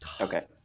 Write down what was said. Okay